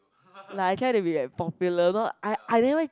like I try to be like popular you know I I never